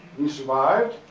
he survived.